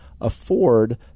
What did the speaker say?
afford